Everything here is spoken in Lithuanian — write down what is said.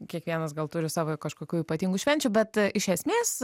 kiekvienas gal turi savo kažkokių ypatingų švenčių bet iš esmės